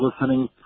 listening